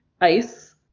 ice